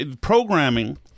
programming